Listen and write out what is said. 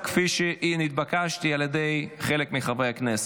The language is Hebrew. כפי שנתבקשתי על ידי חלק מחברי הכנסת.